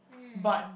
mm